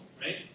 right